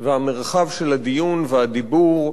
והמרחב של הדיון והדיבור,